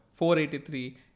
483